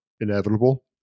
inevitable